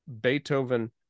Beethoven